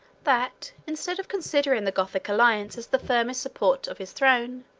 that, instead of considering the gothic alliance as the firmest support of his throne,